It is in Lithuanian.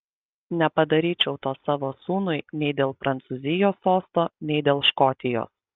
nepadaryčiau to savo sūnui nei dėl prancūzijos sosto nei dėl škotijos